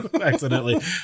Accidentally